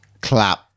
Clap